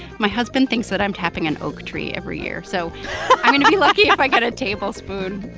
my husband thinks that i'm tapping an oak tree every year so i'm you know be lucky if i get a tablespoon.